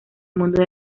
mundo